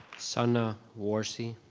sana warsi.